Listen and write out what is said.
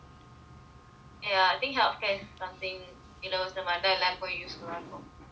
ya think healthcare is something இலவசமா:ilavasamaa use